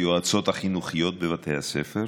היועצות החינוכיות בבתי הספר,